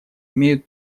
имеют